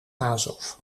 azov